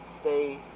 stay